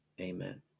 Amen